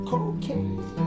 Cocaine